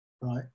Right